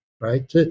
right